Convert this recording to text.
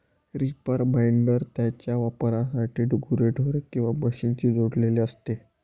reaper binder त्याच्या वापरासाठी गुरेढोरे किंवा मशीनशी जोडलेले असते